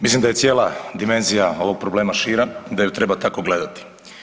Mislim da je cijela dimenzija ovog problema šira i da ju treba tako gledati.